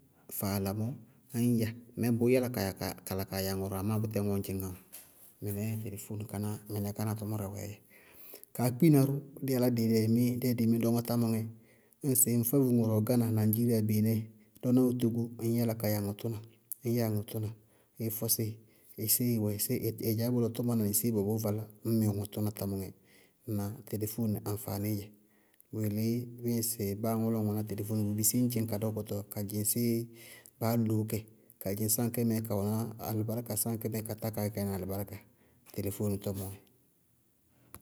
Faala mɔɔ ññ ya mɛɛ bʋʋ yála kala kaa ya ŋʋrʋ amá bʋtɛɛ ŋɔɔ ñ dzɩñŋá bɔɔ. Mɩnɛɛ telefóoni káná, mɩnɛɛ káná tʋmʋrɛ wɛɛdzɛ. Kaá kpina dʋ dí yálá dí yɛ dɩí mí dɔŋɔ támʋŋɛ, ñŋsɩ ŋŋfávú ŋʋrʋ wɛ gána naŋdziriá beenɛɛ, lɔ ná wɛ tógó, ŋñ yála ka ya ŋʋ tʋna, ñ yáa ŋʋ tʋna, ññ fɔsíɩ, ññ síɩ, ññ wɛ síɩ ɩ dzaá bʋlɔ nɩ tʋmaná nɩ séé bʋwɛ bʋʋ valá? Ññ mɩ ŋʋ tʋna támʋŋɛ, ŋnáa? Telefóoni aŋfaaníí dzɛ, bʋ yelé bíɩ ŋsɩ báa aŋʋ lɔ ŋ wɛná telefóoni, bʋ bisí ŋ dzɩŋ ka dɔkʋtɔ, ka dzɩŋ séé baá loó kɛ, ka dzɩŋ sáa aŋkɛ mɛɛ ka wɛná slɩbáríka, sáa aŋkɛ mɛɛ katá kaá gɛ ká yɛ ná alɩbáríka telefóoni tɔmɔɔ wɛ.